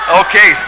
okay